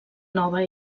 nova